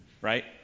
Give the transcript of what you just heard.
right